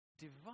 divine